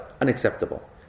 Unacceptable